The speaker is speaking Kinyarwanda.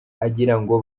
agirango